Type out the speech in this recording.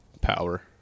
power